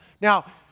Now